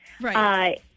right